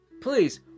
please